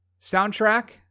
soundtrack